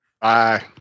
Bye